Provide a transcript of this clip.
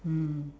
mm